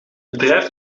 bedrijf